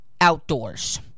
outdoors